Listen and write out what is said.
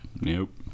Nope